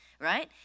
right